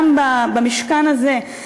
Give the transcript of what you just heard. גם במשכן הזה,